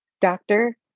doctor